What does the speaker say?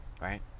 right